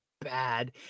bad